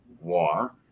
war